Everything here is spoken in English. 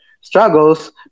struggles